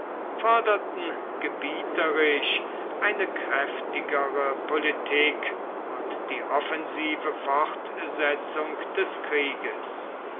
forderten gebieterisch eine kräftigere politik und die offensive fortsetzung des krieges